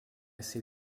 see